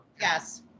yes